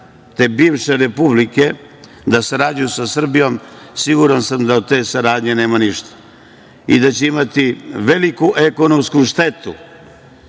te bivše republike da sarađuju sa Srbijom, siguran sam da od te saradnje nema ništa i da će imati veliku ekonomsku štetu